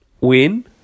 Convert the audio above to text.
win